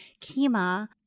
Kima